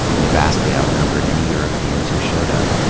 they vastly outnumbered any europeans who showed up,